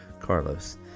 Carlos